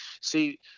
see